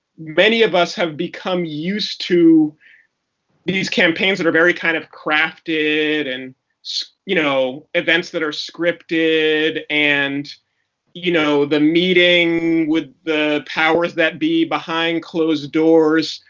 many of us have become used to these campaigns that are very kind of crafted and you know events that are scripted, and you know the meeting with the powers that be, behind closed doors,